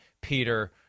Peter